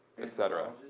et cetera.